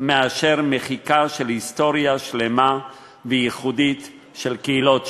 מאשר מחיקה של היסטוריה שלמה וייחודית של קהילות שלמות.